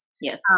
Yes